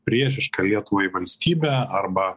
priešišką lietuvai valstybę arba